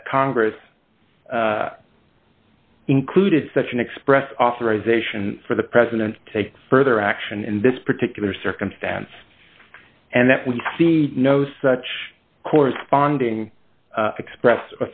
that congress included such an express authorization for the president to take further action in this particular circumstance and that we see no such corresponding express